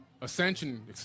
ascension